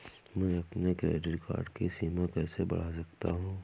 मैं अपने credit card की सीमा कैसे बढ़ा सकता हूँ?